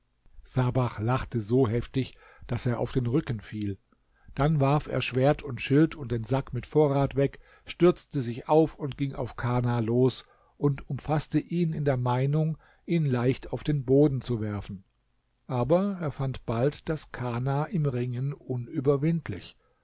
sabach lachte so heftig daß er auf den rücken fiel dann warf er schwert und schild und den sack mit vorrat weg schürzte sich auf und ging auf kana los und umfaßte ihn in der meinung ihn leicht auf den boden zu werfen aber er fand bald daß kana im ringen unüberwindlich